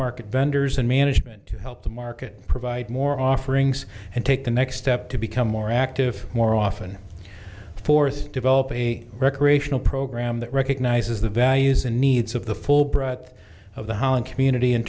market vendors and management to help the market provide more offerings and take the next step to become more active more often force develop a recreational program that recognizes the values and needs of the full breadth of the holland community in